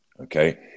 Okay